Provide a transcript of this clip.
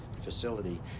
Facility